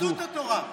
יהדות התורה.